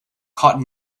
caught